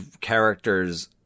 characters